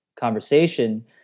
conversation